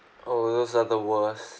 oh those are the worst